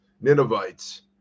ninevites